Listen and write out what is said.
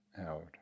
out